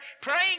praying